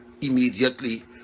immediately